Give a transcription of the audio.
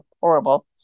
horrible